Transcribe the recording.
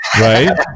right